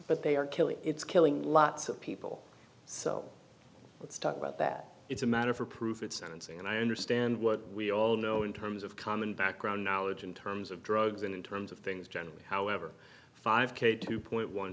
but they are killing it's killing lots of people so let's talk about that it's a matter for proof it's sentencing and i understand what we all know in terms of common background knowledge in terms of drugs and in terms of things generally however five k two point one